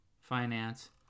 finance